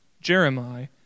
Jeremiah